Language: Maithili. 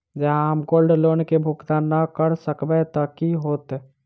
जँ हम गोल्ड लोन केँ भुगतान न करऽ सकबै तऽ की होत?